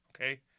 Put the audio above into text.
okay